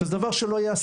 שזה דבר שלא ייעשה.